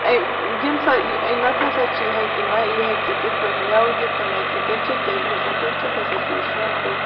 یہِ نہ سا نَتہٕ ہَسا چھِ ہیٚکہِ نہَ یہِ ہیٚکہِ تِتھ پٲٹھۍ میٚوٕ دِتھ تہٕ نہَ کینٛہہ تمہِ سۭتۍ کیاہ چھُ گَژھان تمہِ سۭتۍ ہَسا چھ یہِ سون کُل